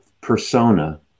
persona